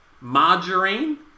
Margarine